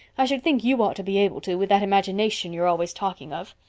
i should think you ought to be able to, with that imagination you're always talking of.